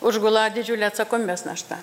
užgula didžiulė atsakomybės našta